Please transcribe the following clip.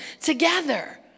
together